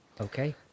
Okay